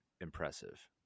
impressive